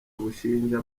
bushinja